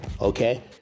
okay